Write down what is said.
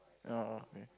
orh okay